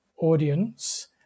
audience